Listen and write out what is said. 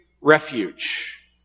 refuge